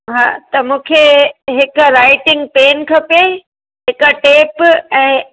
हा त मूंखे हिकु राईटिंग पेन खपे हिकु टेप ऐं